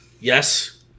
Yes